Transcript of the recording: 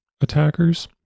attackers